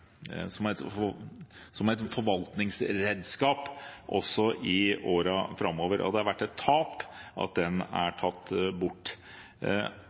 forvaltningsredskap i årene framover. Det har vært et tap at den er tatt bort,